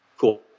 cool